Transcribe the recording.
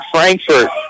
Frankfurt